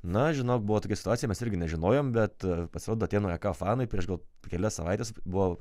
na žinok buvo tokia situacija mes irgi nežinojom bet pasirodo atėnų aek fanai prieš gal kelias savaites buvo